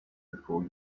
before